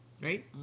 Right